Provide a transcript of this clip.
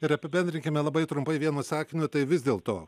ir apibendrinkime labai trumpai vienu sakiniu tai vis dėl to